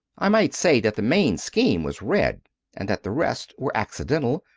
i might say that the main scheme was red and that the rest were accidental,